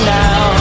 now